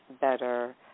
better